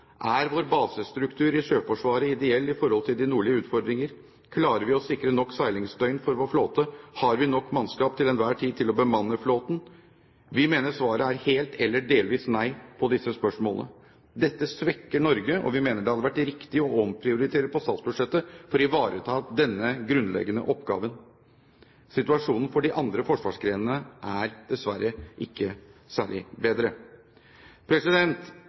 Er vår basestruktur i Sjøforsvaret ideell i forhold til de nordlige utfordringer? Klarer vi å sikre nok seilingsdøgn for vår flåte? Har vi til enhver tid nok mannskap til å bemanne flåten? Vi mener svaret helt eller delvis er nei på disse spørsmålene. Dette svekker Norge, og vi mener det hadde vært riktig å omprioritere på statsbudsjettet for å ivareta denne grunnleggende oppgaven. Situasjonen for de andre forsvarsgrenene er dessverre ikke særlig bedre.